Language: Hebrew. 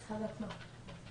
בעניין.